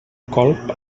colp